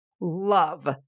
love